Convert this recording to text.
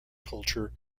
culture